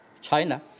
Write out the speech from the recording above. China